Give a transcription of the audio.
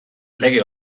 lege